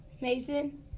Mason